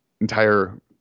entire